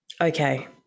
okay